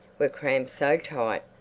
were crammed so tight,